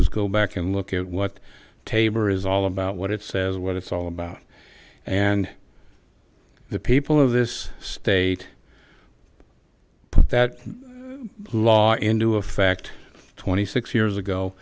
is go back and look at what taber is all about what it says what it's all about and the people of this state that law into a fact twenty six years ago